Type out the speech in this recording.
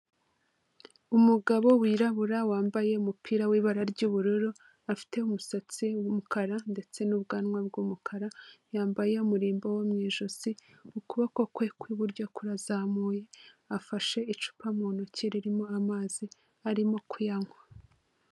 Umugabo wirabura wambaye umupira w'ibara ry'ubururu, afite umusatsi w'umukara ndetse n'ubwanwa bw'umukara, yambaye umurimbo wo mu ijosi, ukuboko kwe kw'iburyo kurazamuye, afashe icupa mu ntoki ririmo amazi arimo kuyanywa.